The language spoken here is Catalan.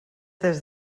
des